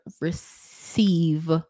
receive